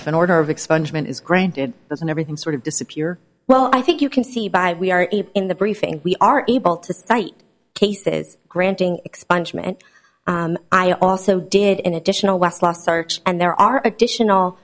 if an order of expungement is granted doesn't everything sort of disappear well i think you can see by we are in the briefing we are able to cite cases granting expungement i also did an additional last last search and there are additional